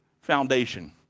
foundation